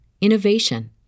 innovation